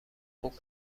خوب